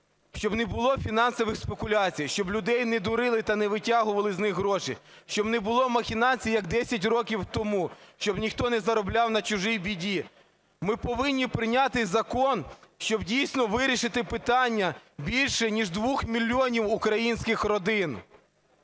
щоб не було фінансових спекуляцій, щоб людей не дурили та не витягували з них гроші, щоб не було махінацій, як 10 років тому, щоб ніхто не заробляв на чужій біді. Ми повинні прийняти закон, щоб дійсно вирішити питання більше ніж 2 мільйонів українських родин.